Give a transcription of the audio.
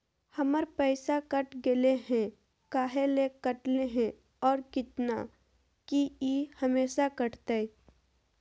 हमर पैसा कट गेलै हैं, काहे ले काटले है और कितना, की ई हमेसा कटतय?